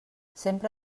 sempre